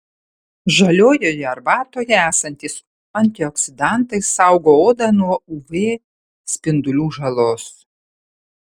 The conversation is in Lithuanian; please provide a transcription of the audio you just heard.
žaliojoje arbatoje esantys antioksidantai saugo odą nuo uv spindulių žalos